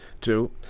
Two